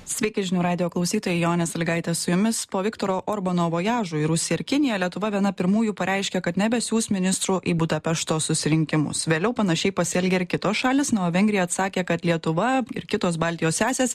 sveiki žinių radijo klausytojai jonė salygaitė su jumis po viktoro orbano vojažų į rusiją ir kinija lietuva viena pirmųjų pareiškė kad nebesiųs ministrų į budapešto susirinkimus vėliau panašiai pasielgė ir kitos šalys vengrija atsakė kad lietuva ir kitos baltijos sesės